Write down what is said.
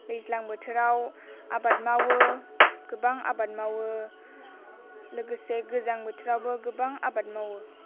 दैज्लां बोथोराव आबाद मावो गोबां आबाद मावो लोगोसे गोजां बोथोरावबो गोबां आबाद मावो